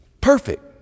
Perfect